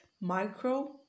micro